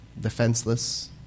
defenseless